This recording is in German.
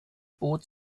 boot